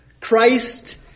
Christ